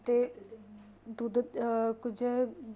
ਅਤੇ ਦੁੱਧ ਕੁਝ